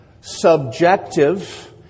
subjective